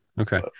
Okay